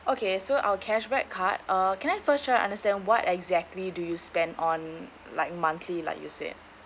okay so our cashback card uh can I first sure understand what exactly do you spend on like monthly like you said